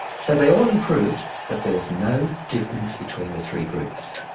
so they all improved but there was no difference between the three groups.